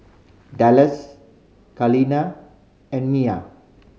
Dallas Kaleena and Mia